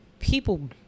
People